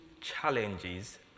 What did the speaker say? challenges